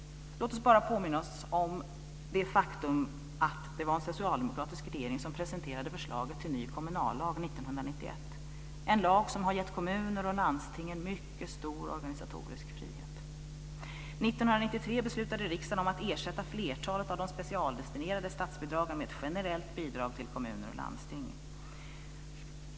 Låt oss bara påminna oss om det faktum att det var en socialdemokratisk regering som presenterade förslaget till ny kommunallag år 1991. Det är en lag som har gett kommuner och landsting en mycket stor organisatorisk frihet. År 1993 beslutade riksdagen att ersätta flertalet av de specialdestinerade statsbidragen med ett generellt bidrag till kommuner och landsting.